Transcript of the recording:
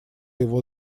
его